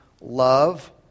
love